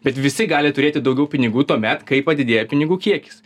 bet visi gali turėti daugiau pinigų tuomet kai padidėja pinigų kiekis